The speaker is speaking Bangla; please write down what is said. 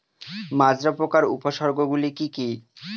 মাজরা পোকার উপসর্গগুলি কি কি?